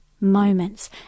moments